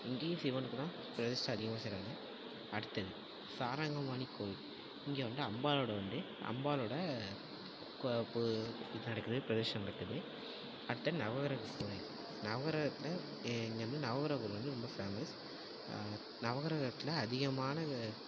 இங்கேயும் சிவனுக்கு தான் பிரதிஷ்டம் அதிகமாக செய்கிறாங்க அடுத்தது சாரங்கபாணி கோயில் இங்கே வந்து அம்பாளோடு வந்து அம்பாளோடு நடக்குது ப்ரதிஷ்டம் பெற்றது அடுத்தது நவக்கிரக கோயில் நவக்கிரகம் வந்து இங்கே வந்து நவக்கிரக கோயில் வந்து ரொம்ப ஃபேமஸ் நவக்கிரகத்தில் அதிகமான